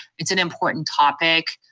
it's an important topic,